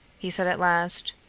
he said at last,